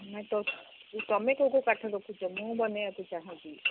ନାଇ ତ ତୁମେ କେଉଁ କେଉଁ କାଠ ଦେଖୁଛ ମୁଁ ବନାଇବାକୁ ଚାହୁଁଛି